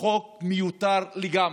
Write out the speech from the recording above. החוק מיותר לגמרי.